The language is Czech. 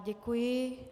Děkuji.